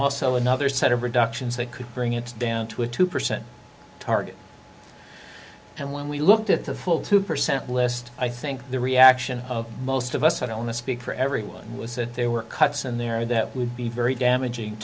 also another set of reductions that could bring it down to a two percent target and when we looked at the full two percent list i think the reaction of most of us i don't know speak for everyone was that there were cuts in there that would be very damaging